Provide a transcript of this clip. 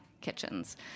Kitchens